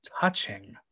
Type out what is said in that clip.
touching